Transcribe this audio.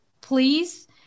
please